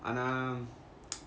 அனா:ana